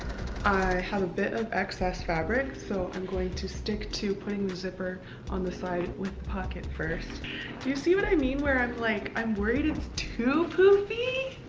have a bit of excess fabric. so i'm going to stick to putting the zipper on the side with the pocket first do you see what i mean where i'm like i'm worried it's too poofy?